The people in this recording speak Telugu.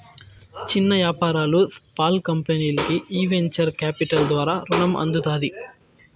చిన్న యాపారాలు, స్పాల్ కంపెనీల్కి ఈ వెంచర్ కాపిటల్ ద్వారా రునం అందుతాది